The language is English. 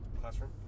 classroom